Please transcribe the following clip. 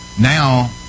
Now